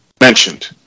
mentioned